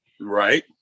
right